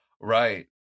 right